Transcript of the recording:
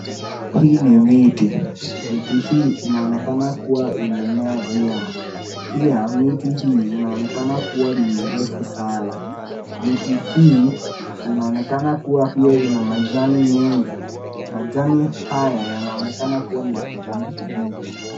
Hii ni miti, miti hii inaonekana kuwa imemea vyema. Pia miti hii inaonekana kuwa ni mirefu sana. Miti hii inaonekana kuwa pia ina majani mengi. Majani haya yanaonekana kuwa ni ya kijani kibichi.